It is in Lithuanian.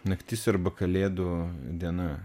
naktis arba kalėdų diena